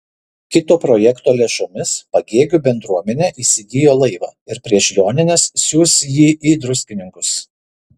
kito projekto lėšomis pagėgių bendruomenė įsigijo laivą ir prieš jonines siųs jį į druskininkus